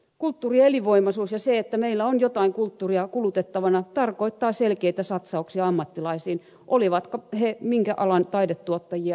kulttuurin elinvoimaisuus ja se että meillä on jotain kulttuuria kulutettavana tarkoittaa selkeitä satsauksia ammattilaisiin olivatpa he minkä alan taidetuottajia hyvänsä